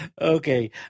Okay